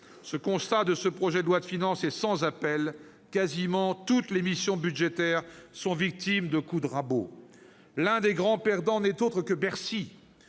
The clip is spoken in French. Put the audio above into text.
Le constat tiré de ce projet de loi de finances est, lui, sans appel : pratiquement toutes les missions budgétaires sont victimes de coups de rabot. L'un des grands perdants n'est autre que Bercy.